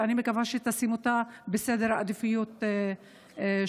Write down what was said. ואני מקווה שתשים אותה בסדר עדיפויות שלך.